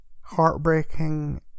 heartbreaking